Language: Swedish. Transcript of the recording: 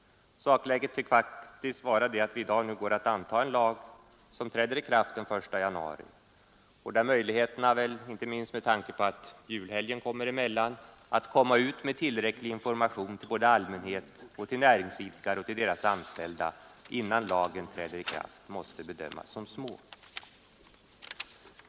Sakläget tycks faktiskt vara att vi i dag nu går att anta en lag, som träder i kraft den 1 januari och där möjligheterna, inte minst med tanke på att julhelgen kommer emellan, att komma ut med tillräcklig information till både allmänhet och näringsidkare och deras anställda innan lagen träder i kraft måste bedömas som små.